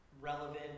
relevant